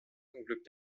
unglück